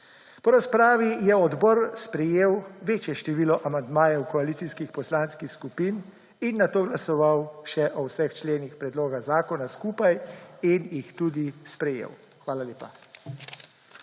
Po razpravi je odbor sprejel večje število amandmajev koalicijskih poslanskih skupin in nato glasoval še o vseh členih predloga zakona skupaj in jih tudi sprejel. Hvala lepa.